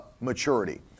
maturity